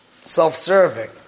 Self-serving